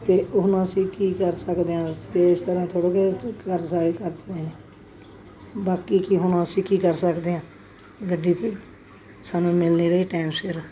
ਅਤੇ ਹੁਣ ਅਸੀਂ ਕੀ ਕਰ ਸਕਦੇ ਹਾਂ ਦੱਸ ਵੀ ਇਸ ਤਰ੍ਹਾਂ ਥੋੜ੍ਹਾ ਕਿ ਕਰ ਸਕਦੇ ਕਰਦੇ ਨੇ ਬਾਕੀ ਕੀ ਹੁਣ ਅਸੀਂ ਕੀ ਕਰ ਸਕਦੇ ਹਾਂ ਗੱਡੀ ਫਿਰ ਸਾਨੂੰ ਮਿਲ ਨਹੀਂ ਰਹੀ ਟਾਇਮ ਸਿਰ